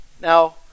Now